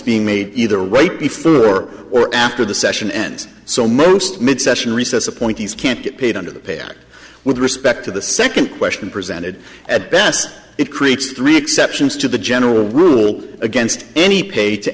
being made either right before or after the session ends so most mid session recess appointees can't get paid under the pact with respect to the second question presented at best it creates three exceptions to the general rule against any pay to